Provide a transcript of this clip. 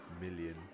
million